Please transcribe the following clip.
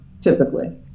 typically